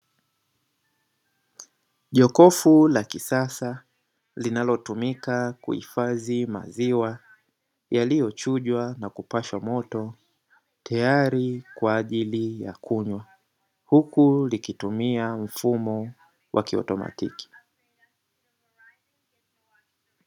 Jokofu la kisasa linalo tumika maziwa yalio chujwa na kupashwa moto, teyari kwa ajili ya kunywa, huku likitumia mfumo wa kiotomatiki.